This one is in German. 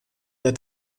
der